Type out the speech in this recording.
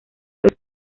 los